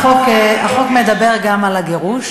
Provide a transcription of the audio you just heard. החוק מדבר גם על הגירוש.